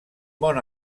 món